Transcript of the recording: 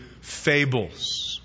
fables